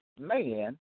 man